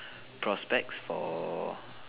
prospects for